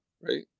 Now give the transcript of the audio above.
right